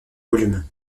volumes